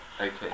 okay